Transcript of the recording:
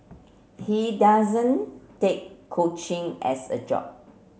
he doesn't take coaching as a job